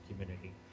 community